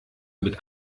mit